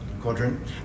quadrant